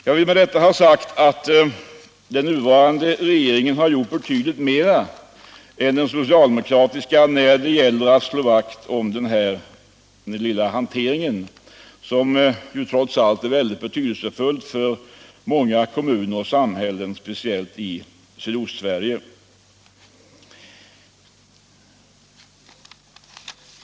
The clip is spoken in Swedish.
Jag vill med detta ha sagt att den nuvarande regeringen har gjort betydligt mera än den socialdemokratiska när det gäller att stå vakt om den här lilla hanteringen, som trots allt är mycket betydelsefull för många kommuner och samhällen speciellt i Sydostsverige.